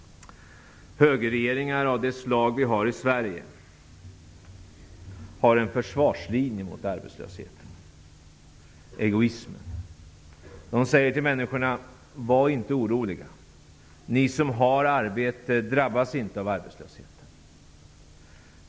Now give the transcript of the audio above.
Högerregeringar av det slag vi nu har i Sverige har en försvarslinje mot arbetslösheten: egoismen. De säger till människorna: ''Var inte oroliga. Ni som har arbete drabbas inte av arbetslösheten.''